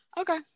okay